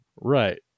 Right